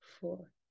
four